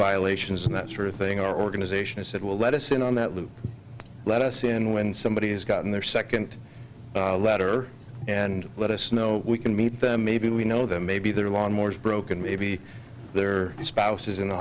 violations and that sort of thing our organization said well let us in on that loop let us in when somebody has got in their second letter and let us know we can meet them maybe we know them maybe their lawn more broken maybe their spouses in the